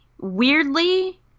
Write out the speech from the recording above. weirdly